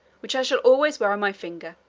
which i shall always wear on my finger.